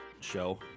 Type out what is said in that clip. show